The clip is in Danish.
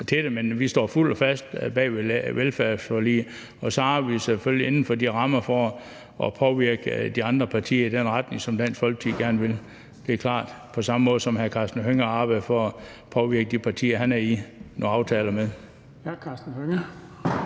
vi står fuldt og fast bag velfærdsforliget, og så arbejder vi selvfølgelig inden for de rammer, der er, for at påvirke de andre partier i den retning, som Dansk Folkeparti gerne vil i. Det er klart – på samme måde som hr. Karsten Hønge arbejder for at påvirke de partier, han indgår aftaler med.